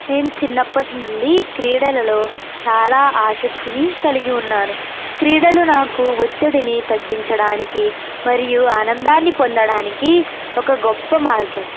నేను చిన్నప్పటి నుండి క్రీడలలో చాలా ఆసక్తిని కలిగి ఉన్నాను క్రీడలు నాకు ఒత్తిడిని తగ్గించడానికి మరియు ఆనందాన్ని పొందడానికి ఒక గొప్ప మార్గం